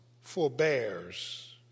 forbears